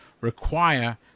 require